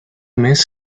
mes